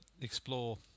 explore